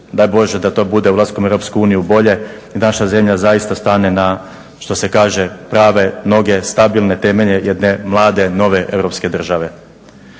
Daj Bože da to bude ulaskom u Europsku uniju bolje i naša zemlja zaista stane na što se kaže prave noge, stabilne temelje jedne mlade, nove europske države.